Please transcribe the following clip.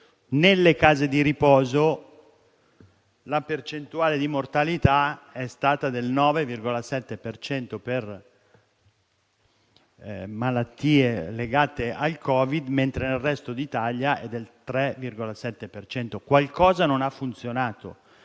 nelle case di riposo, la percentuale di mortalità è stata del 9,7 per cento per malattie legate al Covid, mentre nel resto d'Italia è stata del 3,7 per cento. Qualcosa non ha funzionato